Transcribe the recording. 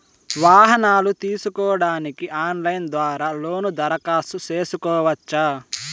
వాహనాలు తీసుకోడానికి ఆన్లైన్ ద్వారా లోను దరఖాస్తు సేసుకోవచ్చా?